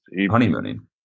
honeymooning